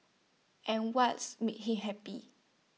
and what's make him happy